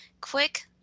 quick